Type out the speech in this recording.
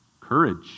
courage